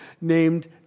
named